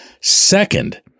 Second